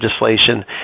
legislation